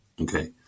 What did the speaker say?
Okay